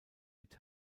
mit